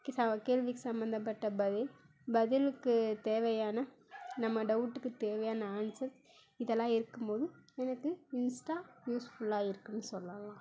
கேள்விக்கு சம்மந்தப்பட்ட பதில் பதிலுக்கு தேவையான நம்ம டவுட்டுக்கு தேவையான ஆன்சர் இதெல்லாம் இருக்கும்போது எனக்கு இன்ஸ்ட்டா யூஸ்ஃபுல்லாக இருக்குனு சொல்லலாம்